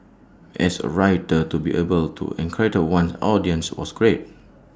as A writer to be able to enrapture one's audience was great